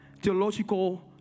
theological